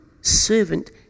servant